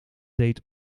deed